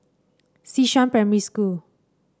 Xishan Primary School